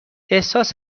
احساس